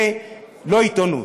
זה לא עיתונות,